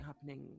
happening